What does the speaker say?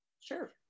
Sure